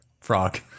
Frog